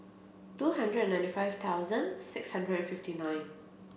two hundred ninety five thousand six hundred fifty nine